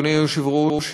אדוני היושב-ראש,